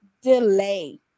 delay